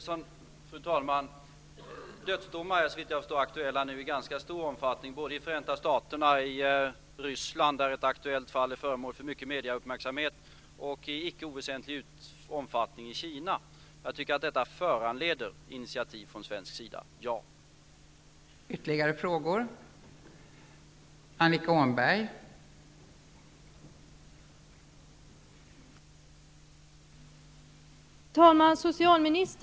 Fru talman! Dödsdomar är såvitt jag förstår aktuella i ganska stor omfattning i Förenta staterna, i Ryssland, där ett aktuellt fall är föremål för mycket mediauppmärksamhet, och i icke oväsentlig omfattning i Kina. Jag tycker att detta föranleder initiativ från svensk sida. Mitt svar är alltså ja.